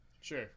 Sure